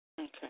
Okay